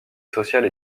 sociale